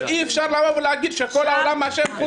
ואי אפשר להגיד שכל העולם אשם חוץ מכם.